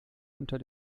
unter